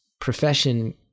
profession